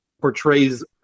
portrays